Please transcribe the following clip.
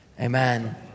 amen